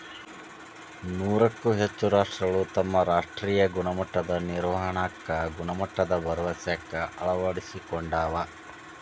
ನೂರಕ್ಕೂ ಹೆಚ್ಚ ರಾಷ್ಟ್ರಗಳು ತಮ್ಮ ರಾಷ್ಟ್ರೇಯ ಗುಣಮಟ್ಟದ ನಿರ್ವಹಣಾಕ್ಕ ಗುಣಮಟ್ಟದ ಭರವಸೆಕ್ಕ ಅಳವಡಿಸಿಕೊಂಡಾವ